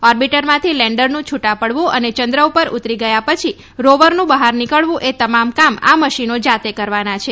ઓર્બિટરમાંથી લેન્ડરનું છૂટા પડવું અને ચંદ્ર ઉપર ઉતરી ગયા પછી રોવરનું બહાર નીકળવું એ તમામ કામ આ મશીનો જાતે કરવાના છે